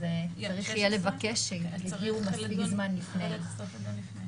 צריך יהיה לבקש דיון מספיק זמן לפני.